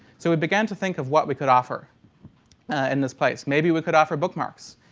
so we began to think of what we could offer in this place. maybe we could offer bookmarks.